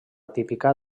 típica